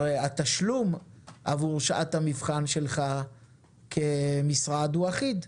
הרי התשלום עבור שעת המבחן שלך כמשרד הוא אחיד,